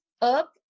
up